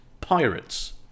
pirates